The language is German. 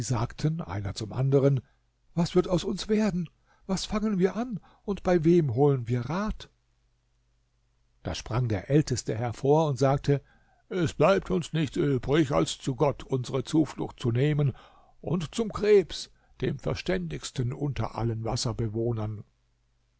sagten einer zum anderen was wird aus uns werden was fangen wir an und bei wem holen wir rat da sprang der älteste hervor und sagte es bleibt uns nichts übrig als zu gott unsere zuflucht zu nehmen und zum krebs dem verständigsten unter allen wasserbewohnern